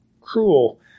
cruel